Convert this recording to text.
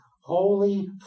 holy